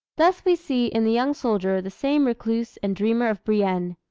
thus we see in the young soldier the same recluse and dreamer of brienne.